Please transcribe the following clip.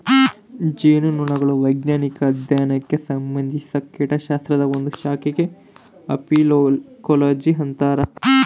ಜೇನುನೊಣಗಳ ವೈಜ್ಞಾನಿಕ ಅಧ್ಯಯನಕ್ಕೆ ಸಂಭಂದಿಸಿದ ಕೀಟಶಾಸ್ತ್ರದ ಒಂದು ಶಾಖೆಗೆ ಅಫೀಕೋಲಜಿ ಅಂತರ